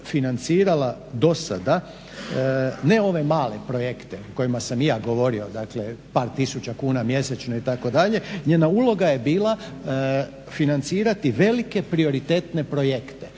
financirala dosada ne ove male projekte o kojima sam i ja govorio, dakle par tisuća kuna mjesečno itd. njena uloga je bila financirati velike prioritetne projekte.